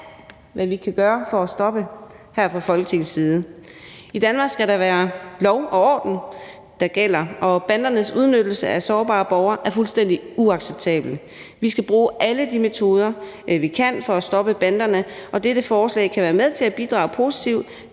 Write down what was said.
hvad vi kan, for at stoppe her fra Folketingets side. I Danmark skal det være lov og orden, der gælder, og bandernes udnyttelse af sårbare borgere er fuldstændig uacceptabel. Vi skal bruge alle de metoder, vi kan, for at stoppe banderne, og dette forslag kan være med til at bidrage positivt